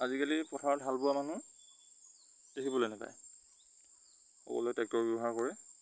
আজিকালি পথাৰত হাল বোৱা মানুহ দেখিবলৈ নেপায় সকলোৱে ট্ৰেক্টৰ ব্যৱহাৰ কৰে